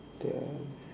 then